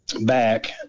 back